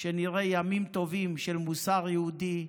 שנראה ימים טובים של מוסר יהודי,